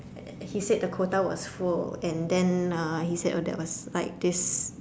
uh he said the quota was full and then uh he said oh that was like this